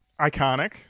Iconic